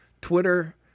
Twitter